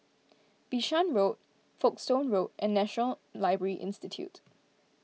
Bishan Road Folkestone Road and National Library Institute